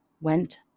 went